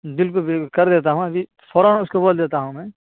بالکل بالکل کر دیتا ہوں ابھی فوراً اس کو بول دیتا ہوں میں